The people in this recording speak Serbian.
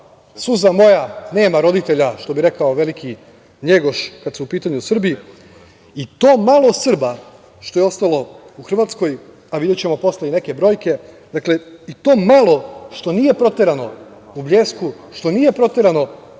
„suza moja nema roditelja“, što bi rekao veliki Njegoš kad su u pitanju Srbi i to malo Srba što je ostalo u Hrvatskoj, a videćemo posle i neke brojke, i to malo što nije proterano u „Bljesku“, što nije proterano